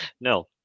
No